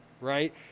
right